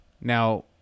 now